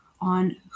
on